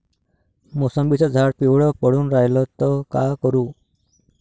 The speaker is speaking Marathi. मोसंबीचं झाड पिवळं पडून रायलं त का करू?